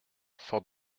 fort